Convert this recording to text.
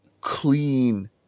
clean